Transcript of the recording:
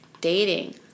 dating